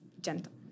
gentle